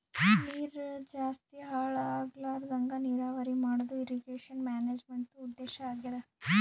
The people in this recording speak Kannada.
ನೀರ್ ಜಾಸ್ತಿ ಹಾಳ್ ಆಗ್ಲರದಂಗ್ ನೀರಾವರಿ ಮಾಡದು ಇರ್ರೀಗೇಷನ್ ಮ್ಯಾನೇಜ್ಮೆಂಟ್ದು ಉದ್ದೇಶ್ ಆಗ್ಯಾದ